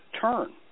turn